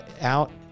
out